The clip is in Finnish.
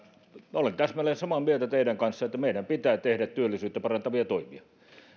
olen täsmälleen samaa mieltä teidän kanssanne että meidän pitää tehdä työllisyyttä parantavia toimia